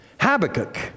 Habakkuk